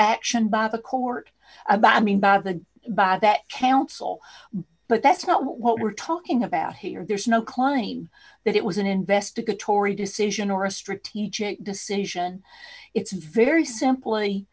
action by the court about i mean by the by that counsel but that's not what we're talking about here there's no klein that it was an investigatory decision or a strategic decision it's very simply